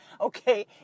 Okay